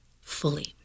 fully